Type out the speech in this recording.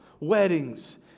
Weddings